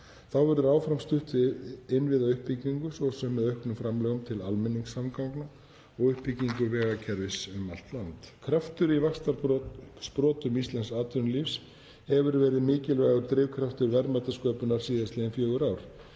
Þá verður áfram stutt við innviðauppbyggingu svo sem með auknum framlögum til almenningssamganga og uppbyggingu vegakerfisins um allt land. Kraftur í vaxtarsprotum íslensks atvinnulífs hefur verið mikilvægur drifkraftur verðmætasköpunar síðastliðin fjögur ár.